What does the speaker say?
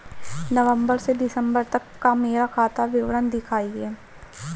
नवंबर से दिसंबर तक का मेरा खाता विवरण दिखाएं?